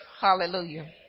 Hallelujah